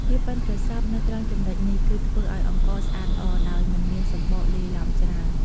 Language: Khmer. ភាពប៉ិនប្រសប់នៅត្រង់ចំណុចនេះ គឺធ្វើឱ្យអង្ករស្អាតល្អ ដោយមិនមានសម្បកលាយឡំច្រើន។